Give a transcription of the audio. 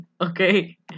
Okay